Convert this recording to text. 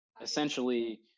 essentially